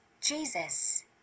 Jesus